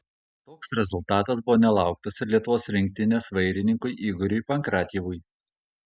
toks rezultatas buvo nelauktas ir lietuvos rinktinės vairininkui igoriui pankratjevui